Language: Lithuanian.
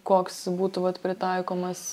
koks būtų vat pritaikomas